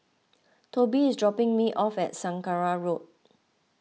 Tobie is dropping me off at Saraca Road